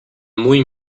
muy